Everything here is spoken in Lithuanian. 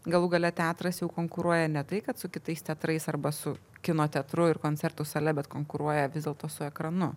galų gale teatras jau konkuruoja ne tai kad su kitais teatrais arba su kino teatru ir koncertų sale bet konkuruoja vis dėlto su ekranu